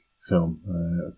film